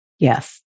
Yes